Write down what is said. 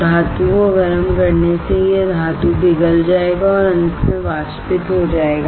धातु को गर्म करने से यह धातु पिघल जाएगा और अंत में वाष्पित हो जाएगा